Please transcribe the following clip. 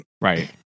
right